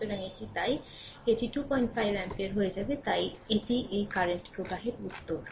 সুতরাং এটি তাই এটি 25 অ্যাম্পিয়ার হয়ে যাবে তাই এটিই এর কারেন্ট প্রবাহের উত্তর